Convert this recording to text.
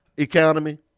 economy